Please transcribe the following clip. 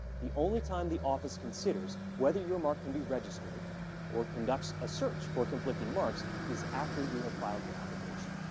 the only time the office considers whether your mark can be registered or conducts a search for conflicting marks is after you have filed your application.